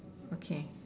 okay